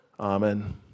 Amen